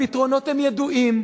הפתרונות ידועים,